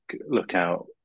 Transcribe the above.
lookout